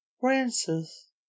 francis